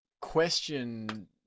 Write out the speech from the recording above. question